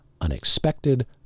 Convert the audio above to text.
unexpected